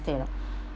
day lah